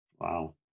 Wow